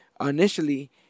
Initially